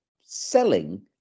selling